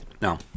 No